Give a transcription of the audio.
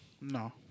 No